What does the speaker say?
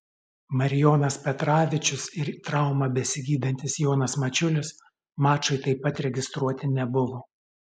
marijonas petravičius ir traumą besigydantis jonas mačiulis mačui taip pat registruoti nebuvo